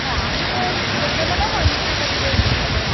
হ্যাঁ আমি তো ছেলের জন্য নেব নিশ্চয়ই তাহলে জেন্টস নেব